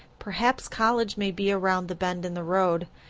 perhaps college may be around the bend in the road,